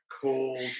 called